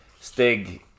Stig